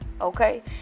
okay